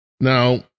Now